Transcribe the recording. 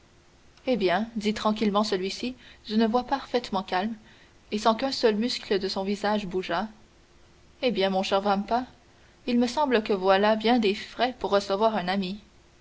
eh bien dit tranquillement celui-ci d'une voix parfaitement calme et sans qu'un seul muscle de son visage bougeât eh bien mon cher vampa il me semble que voilà bien des frais pour recevoir un ami